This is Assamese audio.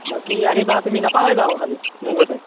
বাকী আহিবা আৰু তুমি নাপাহৰিবা আকৌ খালী গৈ পায়